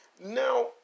now